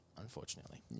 unfortunately